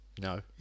No